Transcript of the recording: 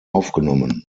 aufgenommen